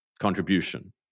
contribution